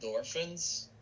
endorphins